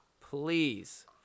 please